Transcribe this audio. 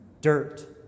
dirt